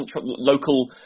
local